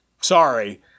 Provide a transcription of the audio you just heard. Sorry